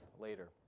later